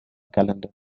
calendar